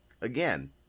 again